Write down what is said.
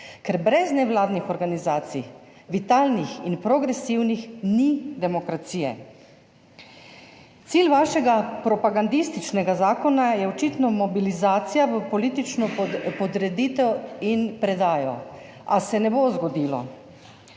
ker brez nevladnih organizacij, vitalnih in progresivnih, ni demokracije. Cilj vašega propagandističnega zakona je očitno mobilizacija v politično podreditev in predajo. A se ne bo zgodilo,